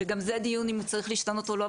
שגם זה דיון אם הוא צריך להשתנות או לא,